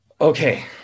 okay